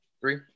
Three